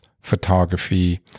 photography